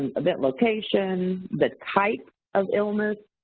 and event location, the type of illness,